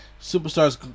superstars